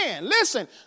Listen